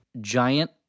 giant